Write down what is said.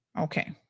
Okay